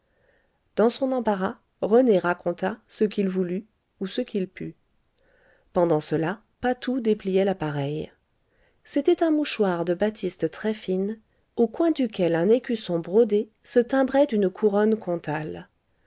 dans son embarras rené raconta ce qu'il voulut ou ce qu'il put pendant cela patou dépliait l'appareil c'était un mouchoir de batiste très fine au coin duquel un écusson brodé se timbrait d'une couronne comtale